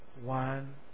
one